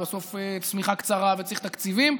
ובסוף השמיכה קצרה וצריך תקציבים.